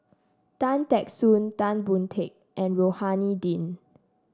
Tan Teck Soon Tan Boon Teik and Rohani Din